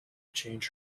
change